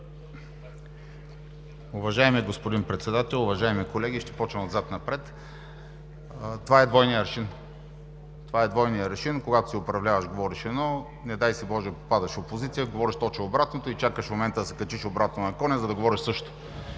Уважаеми господин Председател, уважаеми колеги, ще почна отзад напред. Това е двойният аршин: когато си управляващ, говориш едно, не дай си боже, попадаш опозиция – говориш точно обратното, и чакаш момента да се качиш обратно на коня, за да говориш същото.